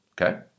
Okay